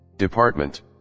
department